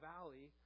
Valley